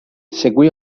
seguì